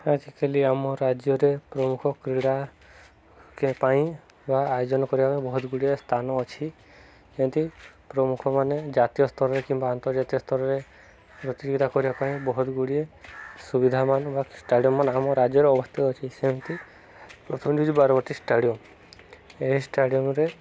ଆଜିକାଲି ଆମ ରାଜ୍ୟରେ ପ୍ରମୁଖ କ୍ରୀଡ଼ା ପାଇଁ ବା ଆୟୋଜନ କରିବା ପାଇଁ ବହୁତ ଗୁଡ଼ିଏ ସ୍ଥାନ ଅଛି ଯେମିତି ପ୍ରମୁଖମାନେ ଜାତୀୟ ସ୍ତରରେ କିମ୍ବା ଆନ୍ତର୍ଜାତୀୟ ସ୍ତରରେ ପ୍ରତିଯୋଗିତା କରିବା ପାଇଁ ବହୁତ ଗୁଡ଼ିଏ ସୁବିଧା ମାନ ବା ଷ୍ଟାଡ଼ିୟମମାନ ଆମ ରାଜ୍ୟର ଅବସ୍ଥିତ ଅଛି ସେମିତି ପ୍ରଥମରେ ହଉଛି ବାରବାଟୀ ଷ୍ଟାଡ଼ିୟମ ଏହି ଷ୍ଟାଡ଼ିୟମରେ